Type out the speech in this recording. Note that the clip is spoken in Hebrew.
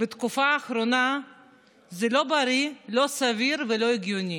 בתקופה האחרונה לא בריא, לא סביר ולא הגיוני.